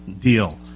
deal